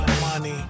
money